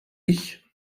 ich